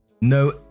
no